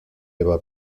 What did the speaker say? eva